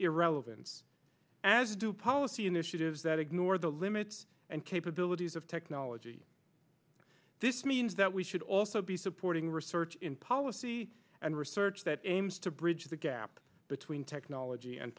irrelevance as do policy initiatives that ignore the limits and capabilities of technology this means that we should also be supporting research in policy and research that aims to bridge the gap between technology and